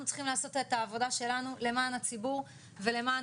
אנחנו צריכים לעשות את העבודה שלנו למען הציבור ולמען